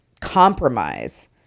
compromise